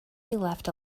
left